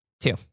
two